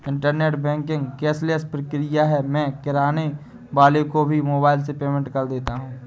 internet banking cashless प्रक्रिया है मैं किराने वाले को भी मोबाइल से पेमेंट कर देता हूँ